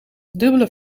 dubbele